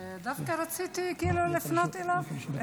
דווקא רציתי לפנות אליו.